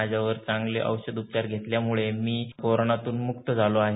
माझ्यावर चांगले औषध उपचार घेतल्यामुळे मी कोरोणातून म्क्त झालो आहे